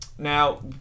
Now